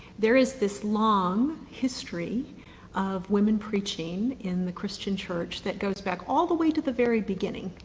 there is this long history of women preaching in the christian church that goes back all the way to the very beginning.